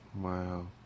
Wow